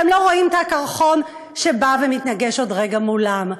והם לא רואים את הקרחון שבא ומתנגש עוד רגע מולם.